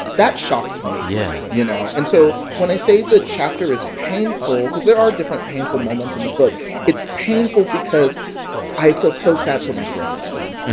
that shocked me yeah you know? and so when i say the chapter is painful cause there are different painful moments in the book it's painful because i feel so sad for my grandmother,